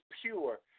pure